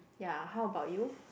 ya how about you